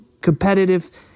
competitive